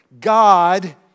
God